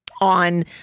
on